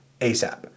ASAP